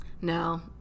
No